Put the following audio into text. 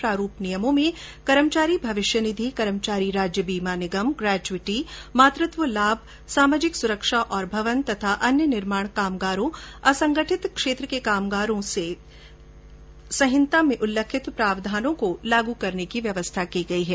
प्रारूप नियमों में कर्मचारी भविष्य निधि कर्मचारी राज्य बीमा निगम ग्रेच्यूटी मातृत्व लाभ सामाजिक सुरक्षा और भवन तथा अन्य निर्माण कामगारों असंगठित क्षेत्र के कामगारों आदि से संबंधित उपकर के बारे में संहिता में उल्लिखित प्रावधानों को लागू करने की व्यवस्था है